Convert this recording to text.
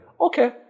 Okay